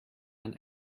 man